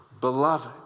beloved